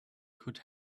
could